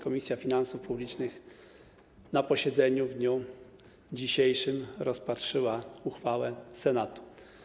Komisja Finansów Publicznych na posiedzeniu w dniu dzisiejszym rozpatrzyła uchwałę Senatu.